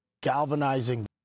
Galvanizing